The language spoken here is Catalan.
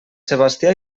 sebastià